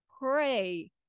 pray